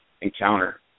encounter